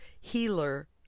healer